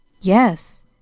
yes